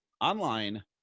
online